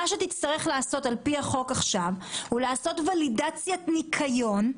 מה שתצטרך לעשות על פי החוק עכשיו זה לעשות ולידציית ניקיון,